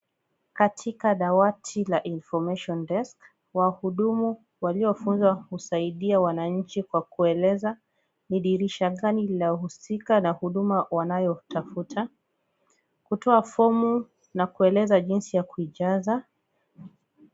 Katika dawati la information desk wahudumu waliofunzwa kusaidia wananchi kwa kueleza ni dirisha gani la husika na huduma wanayotafuta, hutoa fomu na kueleza jinsi ya kuijaza.